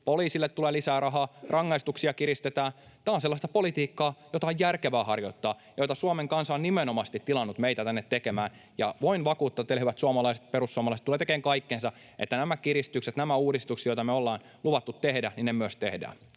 Poliisille tulee lisää rahaa, rangaistuksia kiristetään. Tämä on sellaista politiikkaa, jota on järkevää harjoittaa, jota Suomen kansa on nimenomaisesti tilannut meitä tänne tekemään. Ja voin vakuuttaa teille, hyvät suomalaiset, että perussuomalaiset tulevat tekemään kaikkensa, että nämä kiristykset, nämä uudistukset, joita me ollaan luvattu tehdä, myös tehdään.